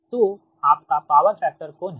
तो आपका power factor कोण है